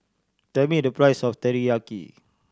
tell me the price of Teriyaki